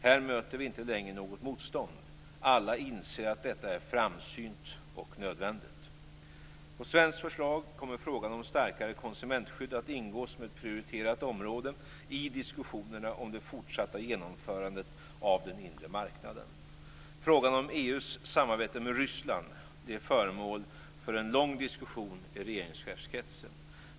Här möter vi inte längre något motstånd. Alla inser att detta är framsynt och nödvändigt. På svenskt förslag kommer frågan om starkare konsumentskydd att ingå som ett prioriterat område i diskussionerna om det fortsatta genomförandet av den inre marknaden. Frågan om EU:s samarbete med Ryssland blev föremål för en lång diskussion i regeringschefskretsen.